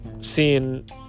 seeing